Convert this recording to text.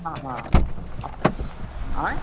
हाँ हाँ अब आऐं